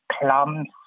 plums